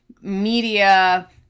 media